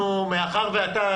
מאחר ואתה